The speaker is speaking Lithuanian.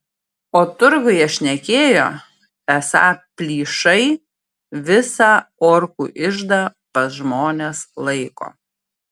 o turguje šnekėjo esą plyšai visą orkų iždą pas žmones laiko